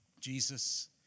Jesus